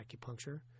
acupuncture